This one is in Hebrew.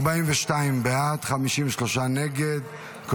33 בעד, 53 נגד, אחד נמנע, תשעה נוכחים.